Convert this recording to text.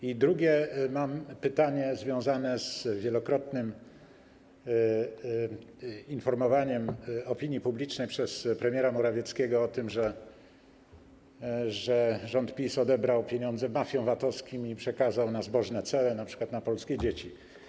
I mam drugie pytanie związane z wielokrotnym informowaniem opinii publicznej przez premiera Morawieckiego o tym, że rząd PiS odebrał pieniądze mafiom VAT-owskim i przekazał na zbożne cele, np. na polskie dzieci.